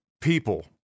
people